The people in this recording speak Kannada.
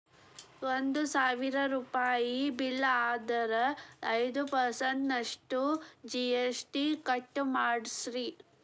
ಒಂದ್ ಸಾವ್ರುಪಯಿ ಬಿಲ್ಲ್ ಆದ್ರ ಐದ್ ಪರ್ಸನ್ಟ್ ನಷ್ಟು ಜಿ.ಎಸ್.ಟಿ ಕಟ್ ಮಾದ್ರ್ಸ್